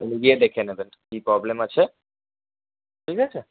গিয়ে দেখে নেবে কী প্রবলেম আছে ঠিক আছে